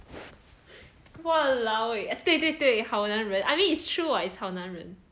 !walao! eh 对对对好男人 I mean it's true what it's 好男人